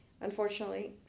unfortunately